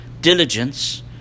diligence